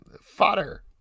fodder